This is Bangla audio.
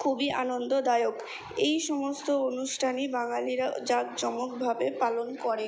খুবই আনন্দদায়ক এই সমস্ত অনুষ্ঠানে বাঙালিরা জাঁকজমকভাবে পালন করে